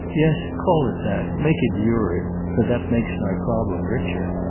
yes call it that. make it lurid for that makes my problem richer.